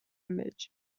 image